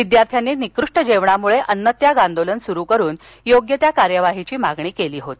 विद्यार्थ्यांनी निकृष्ट जेवणामुळे अन्नत्याग आंदोलन सुरु करून योग्य त्या कार्यवाहीची मागणी केली होती